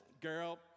girl